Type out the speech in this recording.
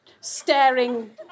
staring